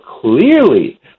clearly